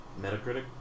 Metacritic